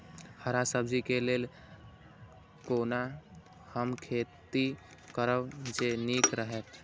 हरा सब्जी के लेल कोना हम खेती करब जे नीक रहैत?